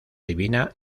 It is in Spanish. divina